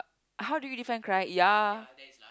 how do you define correct ya